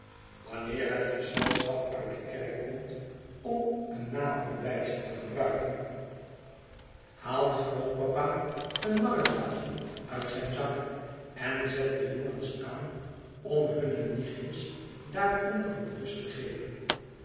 wanneer het gezelschap uit de kerk komt om een naontbijtje te gebruiken haalt grootpapa een marentakje uit zijn zak en zetdejongens aan om hunne nichtjes daaronder een kus te geven